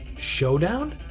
showdown